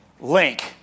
link